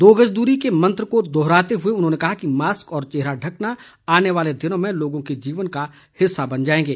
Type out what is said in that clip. दो गज दूरी के मंत्र को दोहराते हुए उन्होंने कहा कि मास्क और चेहरा ढकना आने वाले दिनों में लोगों के जीवन का हिस्सा बन जाएंगे